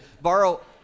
borrow